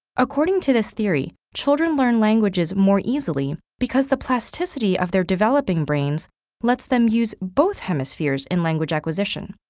according to this theory, children learn languages more easily because the plasticity of their developing brains lets them use both hemispheres in language acquisition,